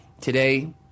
Today